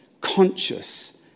conscious